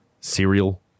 Cereal